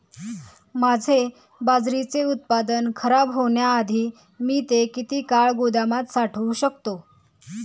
माझे बाजरीचे उत्पादन खराब होण्याआधी मी ते किती काळ गोदामात साठवू शकतो?